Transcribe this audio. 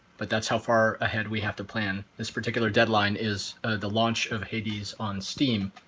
but that's how far ahead we have to plan. this particular deadline is the launch of hades on steam,